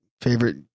favorite